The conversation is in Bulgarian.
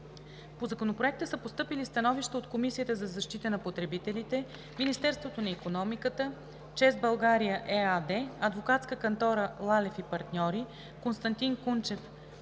По Законопроекта са постъпили становища от: Комисията за защита на потребителите, Министерството на икономиката, „ЧЕЗ България“ ЕАД, Адвокатска кантора „Лалев и партньори“, Константин Кунчев,